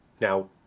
now